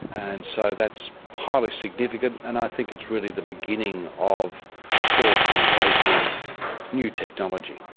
and so that's highly significant and i think it's really the beginning of courts embracing new technology.